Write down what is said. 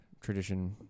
tradition